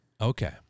Okay